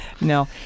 No